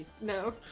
No